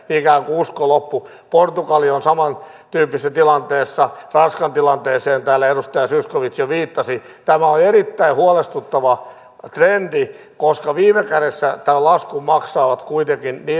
usko ikään kuin loppui portugali on samantyyppisessä tilanteessa ranskan tilanteeseen täällä edustaja zyskowicz jo viittasi tämä on erittäin huolestuttava trendi koska viime kädessä tämän laskun maksavat kuitenkin